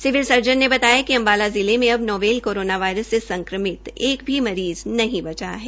civil surgeon ने बताया कि अम्बाला जिले में अबतक नोवेल कोरोना वायरस से संक्रमित एक ही भी मरीज़ नहीं बचा है